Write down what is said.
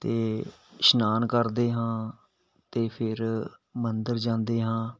ਅਤੇ ਇਸ਼ਨਾਨ ਕਰਦੇ ਹਾਂ ਅਤੇ ਫਿਰ ਮੰਦਿਰ ਜਾਂਦੇ ਹਾਂ